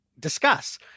discuss